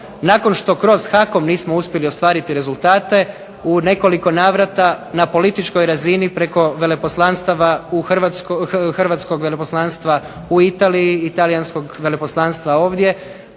Nakon što kroz HAKOM nismo uspjeli ostvariti rezultate, u nekoliko navrata na političkoj razini, preko veleposlanstava, hrvatskog veleposlanstva u Italiji i talijanskog veleposlanstva ovdje,